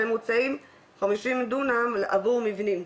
ומוצעים 50 דונם עבור מבנים.